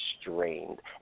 strained